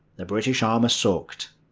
the british armour sucked.